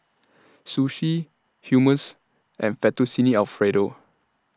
Sushi Hummus and Fettuccine Alfredo